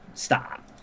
stop